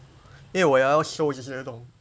因为我还要收这些东